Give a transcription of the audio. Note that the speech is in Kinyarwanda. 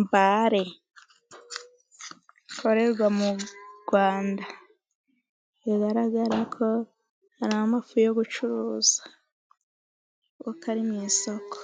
Mbale ,ikorerwa mu Rwanda biragaragara ko ari amafu yo gucuruza kuko ari mu isoko.